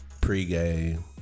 pre-game